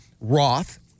Roth